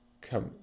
come